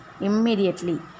immediately